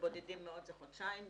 ובודדים מאוד זה חודשיים.